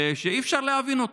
שאי-אפשר להבין אותו,